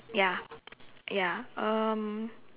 ya ya um